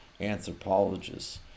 anthropologists